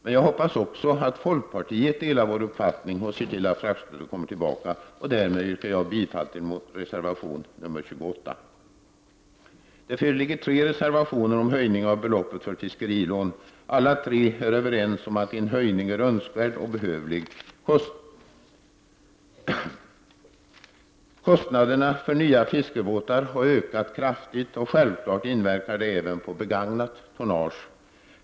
Men jag hoppas också att folkpartiet delar vår uppfattning och ser till att fraktstödet kommer tillbaka. Därmed yrkar jag bifall till reservation 28. Det föreligger tre reservationer om höjning av beloppet för fiskerilån. Alla tre är överens om att en höjning är önskvärd och behövlig. Kostnaderna för nya fiskebåtar har ökat kraftigt. Självklart inverkar det även på begagnat tonnage.